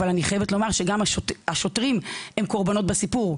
אבל אני חייבת לומר שגם השוטרים הם קורבנות בסיפור.